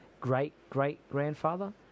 great-great-grandfather